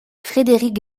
frédéric